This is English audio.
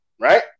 right